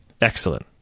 Excellent